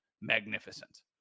magnificent